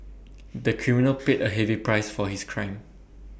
the criminal paid A heavy price for his crime